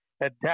adapt